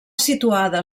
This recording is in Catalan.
situada